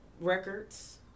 records